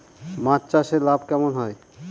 মাছ চাষে লাভ কেমন হয়?